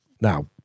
now